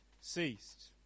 ceased